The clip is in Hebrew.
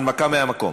הנמקה מהמקום.